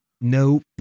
Nope